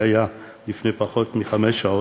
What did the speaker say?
זה היה לפני פחות מחמש שעות,